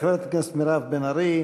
חברת הכנסת מירב בן ארי,